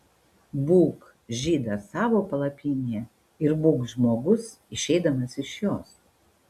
būk žydas savo palapinėje ir būk žmogus išeidamas iš jos